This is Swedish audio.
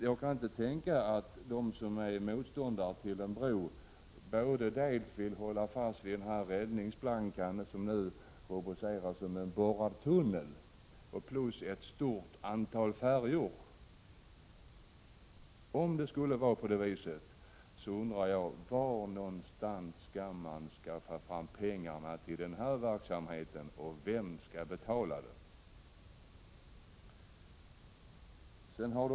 Jag kan inte tänka mig att de som är motståndare till en bro vill hålla fast vid dels räddningsplankan en borrad tunnel, dels ett stort antal färjor. Om det skulle bli en sådan lösning, undrar jag var någonstans man skall skaffa fram pengar till den verksamheten. Vem skall betala?